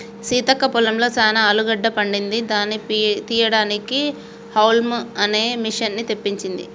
సీతక్క పొలంలో చానా ఆలుగడ్డ పండింది దాని తీపియడానికి హౌల్మ్ అనే మిషిన్ని తెప్పించింది